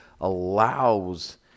allows